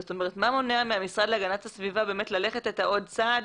מה מונע מהמשרד להגנת הסביבה ללכת עוד צעד